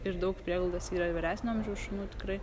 ir daug prieglaudose yra vyresnio amžiaus šunų tikrai